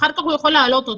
יכול גם להעלות אותה,